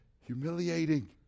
humiliating